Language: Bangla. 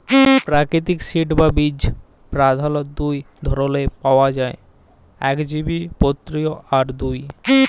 পেরাকিতিক সিড বা বীজ পধালত দু ধরলের পাউয়া যায় একবীজপত্রী আর দু